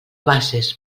bases